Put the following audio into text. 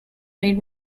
may